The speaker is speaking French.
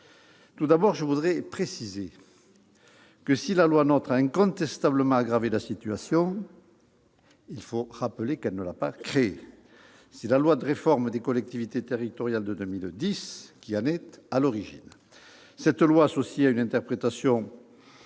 Tout d'abord, je voudrais préciser que si la loi NOTRe a incontestablement aggravé la situation, elle ne l'a pas créée : c'est la loi de réforme des collectivités territoriales de 2010 qui en est à l'origine. Cette loi, associée à une interprétation